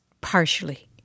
partially